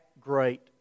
great